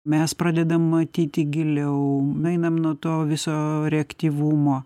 mes pradedam matyti giliau nueinam nuo to viso reaktyvumo